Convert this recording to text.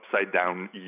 upside-down